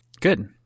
Good